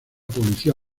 policía